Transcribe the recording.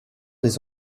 des